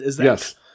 Yes